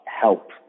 help